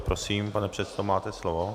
Prosím, pane předsedo, máte slovo.